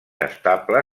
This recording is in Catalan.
estable